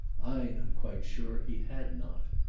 i am quite sure he had not.